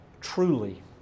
truly